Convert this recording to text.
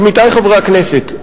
עמיתי חברי הכנסת,